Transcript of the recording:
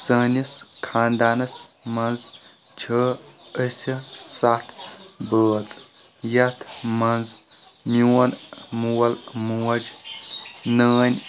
سٲنِس خانٛدانس منٛز چھِ أسۍ ستھ بٲژ یتھ منٛز میون مول موج نٲنۍ